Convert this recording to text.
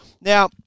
Now